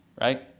right